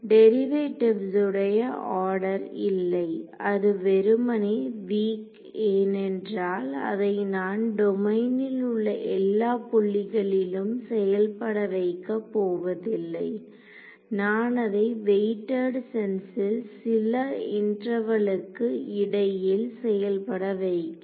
derivatives உடைய order இல்லை அது வெறுமனே வீக் ஏனென்றால் அதை நான் டொமைனில் உள்ள எல்லா புள்ளிகளிலும் செயல்பட வைக்க போவதில்லை நான் அதை வெயிட்டட் சென்சில் சில இன்டர்வெலுக்கு இடையில் செயல்பட வைக்கிறேன்